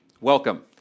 Welcome